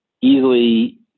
easily